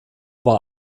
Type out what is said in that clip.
war